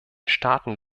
staaten